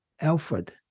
Alfred